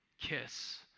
kiss